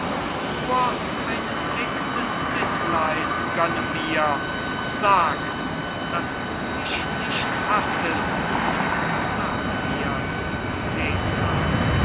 nur einen blick des mitleids gönne mir sag daß du mich nicht hassest sag mirs thekla